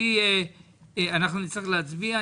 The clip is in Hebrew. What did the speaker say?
אנחנו נצטרך להצביע,